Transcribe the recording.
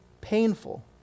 painful